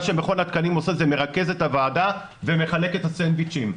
מה שמכון התקנים עושה זה מרכז את הוועדה ומחלק את הסנדוויצ'ים.